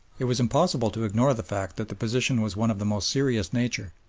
it was impossible to ignore the fact that the position was one of the most serious nature,